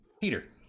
Peter